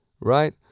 right